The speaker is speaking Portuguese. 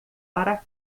para